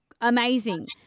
amazing